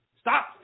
Stop